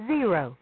Zero